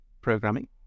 programming